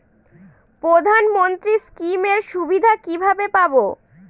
প্রধানমন্ত্রী স্কীম এর সুবিধা কিভাবে পাবো?